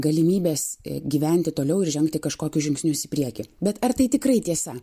galimybės gyventi toliau ir žengti kažkokius žingsnius į priekį bet ar tai tikrai tiesa